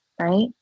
right